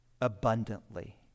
Abundantly